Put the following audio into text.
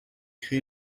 créé